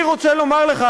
אני רוצה לומר לך,